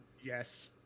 Yes